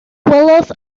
welodd